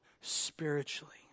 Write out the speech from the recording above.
spiritually